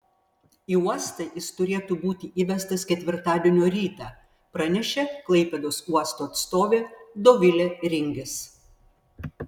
į uostą jis turėtų būti įvestas ketvirtadienio rytą pranešė klaipėdos uosto atstovė dovilė ringis